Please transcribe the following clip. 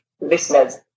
listeners